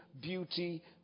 beauty